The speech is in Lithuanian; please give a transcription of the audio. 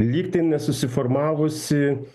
lygtai nesusiformavusi